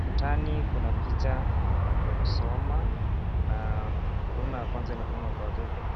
ukutani kuna picha za kusoma kuna huduma ya kwanza inafanywa kwa watoto.